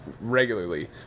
regularly